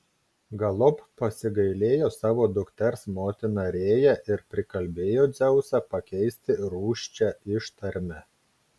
galop pasigailėjo savo dukters motina rėja ir prikalbėjo dzeusą pakeisti rūsčią ištarmę